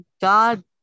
god